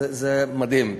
זה מדהים.